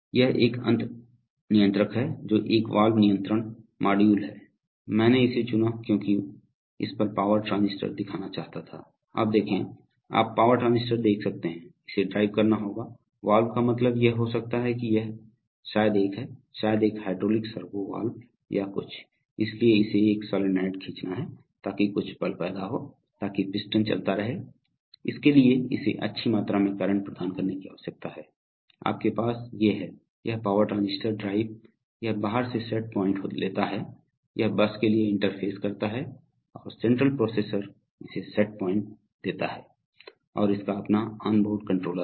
यह एक अन्य नियंत्रक है जो एक वाल्व नियंत्रण मॉड्यूल है मैंने इसे चुना क्योंकि मैं इस पर पावर ट्रांजिस्टर दिखाना चाहता थाआप देखें आप पावर ट्रांजिस्टर देख सकते हैं इसे ड्राइव करना होगा वाल्व का मतलब यह हो सकता है की यह शायद एक है शायद एक हाइड्रोलिक्स सर्वो वाल्व या कुछ इसलिए इसे एक सोलनॉइड खींचना है ताकि कुछ बल पैदा हो ताकि पिस्टन चलता रहे इसके लिए इसे अच्छी मात्रा में करंट प्रदान करने की आवश्यकता है आपके पास ये है यह पावर ट्रांजिस्टर ड्राइव यह बाहर से सेट पॉइंट लेता है यह बस के लिए इंटरफेस करता है और सेंट्रल प्रोसेसर इसे सेट पॉइंट देता है और इसका अपना ऑनबोर्ड कंट्रोलर है